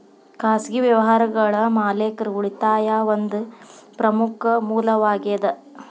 ಖಾಸಗಿ ವ್ಯವಹಾರಗಳ ಮಾಲೇಕರ ಉಳಿತಾಯಾ ಒಂದ ಪ್ರಮುಖ ಮೂಲವಾಗೇದ